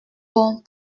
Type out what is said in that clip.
bons